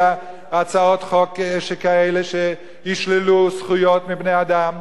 הצעות חוק שכאלה שישללו זכויות מבני-אדם.